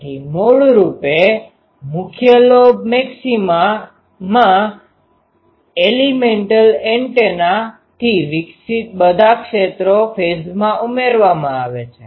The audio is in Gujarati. તેથી મૂળરૂપે મુખ્ય લોબ મેક્સિમામાં એલિમેન્ટલ એન્ટેનાથી વિકસિત બધા ક્ષેત્રો ફેઝમાં ઉમેરવામાં આવે છે